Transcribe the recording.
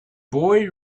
boy